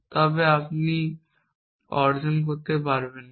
তবে আপনি অর্জন করতে পারবেন না